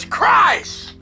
Christ